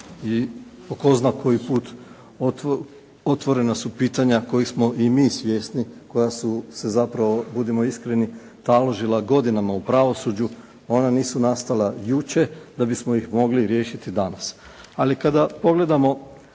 po tko zna koji put otvorena su pitanja kojih smo i mi svjesni koja su se zapravo budimo iskreni taložila godinama u pravosuđu. Ona nisu nastala jučer da bismo ih mogli riješiti danas. Ali kada pogledamo